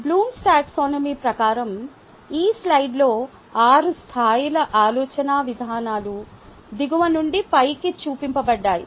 Bloom's taxonomy TAXONOMY ప్రకారం ఈ స్లయిడ్లో 6 స్థాయిల ఆలోచనా విధానాలు దిగువ నుండి పైకి చూపించబడ్డాయి